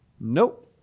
nope